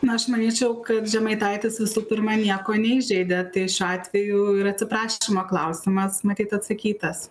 na aš manyčiau kad žemaitaitis visų pirma nieko neįžeidė tai šiuo atveju ir atsiprašymo klausimas matyt atsakytas